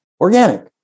organic